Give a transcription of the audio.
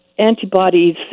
antibodies